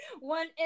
one